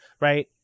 right